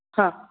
हां